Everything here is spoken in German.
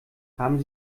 haben